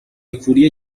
کوری